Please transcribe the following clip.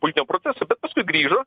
politinio proceso paskui grįžo